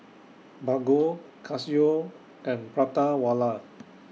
Bargo Casio and Prata Wala